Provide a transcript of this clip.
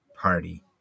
party